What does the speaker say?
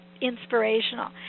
inspirational